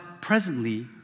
presently